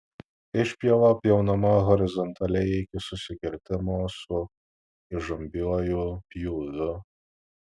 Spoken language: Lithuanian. išpjova pjaunama horizontaliai iki susikirtimo su įžambiuoju pjūviu